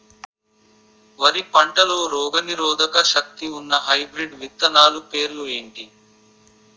వరి పంటలో రోగనిరోదక శక్తి ఉన్న హైబ్రిడ్ విత్తనాలు పేర్లు ఏంటి?